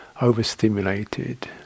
overstimulated